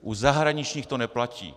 U zahraničních to neplatí.